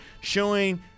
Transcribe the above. showing